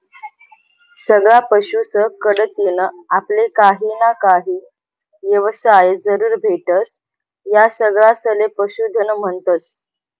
सगळा पशुस कढतीन आपले काहीना काही येवसाय जरूर भेटस, या सगळासले पशुधन म्हन्तस